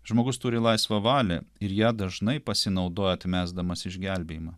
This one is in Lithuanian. žmogus turi laisvą valią ir ja dažnai pasinaudoja atmesdamas išgelbėjimą